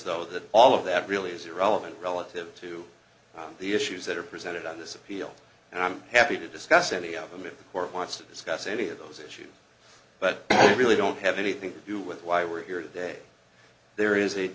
though that all of that really is irrelevant relative to the issues that are presented on this appeal and i'm happy to discuss any of them or wants to discuss any of those issues but i really don't have anything to do with why we're here today there is a